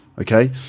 okay